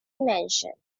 mansion